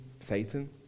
Satan